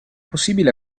possibile